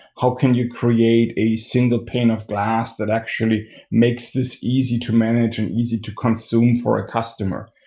how can you create a single pane of glass that actually makes this easy to manage and easy to consume for a customer?